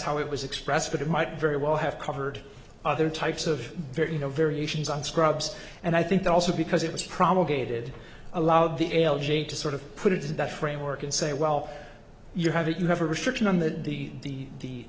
how it was expressed but it might very well have covered other types of very you know variations on scrubs and i think also because it was promulgated allowed the ael j to sort of put it in that framework and say well you have it you have a restriction on that the